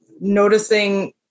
noticing